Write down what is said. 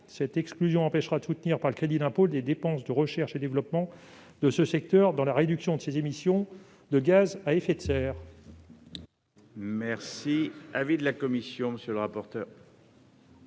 Elle empêchera aussi de soutenir, par le crédit d'impôt, les dépenses de recherche et de développement de ce secteur dans la réduction de ses émissions de gaz à effet de serre.